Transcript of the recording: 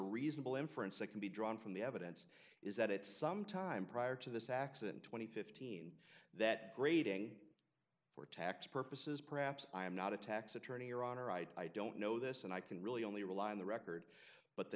reasonable inference that can be drawn from the evidence is that at some time prior to this accident two thousand and fifteen that grading for tax purposes perhaps i am not a tax attorney your honor i don't know this and i can really only rely on the record but the